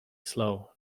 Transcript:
slow